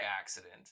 accident